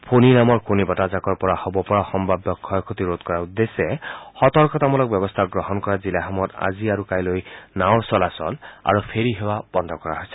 ফোণী নামৰ ঘূৰ্ণি বতাহজাকৰ পৰা হ'ব পৰা সম্ভাৱ্য ক্ষয় ক্ষতি ৰোধৰ উদ্দেশ্যে সতৰ্কতামূলক ব্যৱস্থা গ্ৰহণ কৰা জিলাসমূহত আজি আৰু কাইলৈ নাওৰ চলাচল আৰু ফেৰী সেৱা বন্ধ কৰা হৈছে